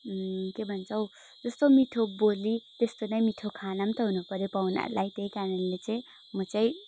के हुन्छ हो जस्तो मिठो बोली त्यस्तै नै मिठो खाना नि त हुनुपऱ्यो पाहुनाहरूलाई त्यही कारणले चाहिँ म चाहिँ